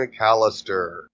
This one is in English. McAllister